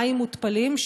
מים מותפלים,